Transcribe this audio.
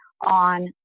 on